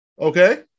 Okay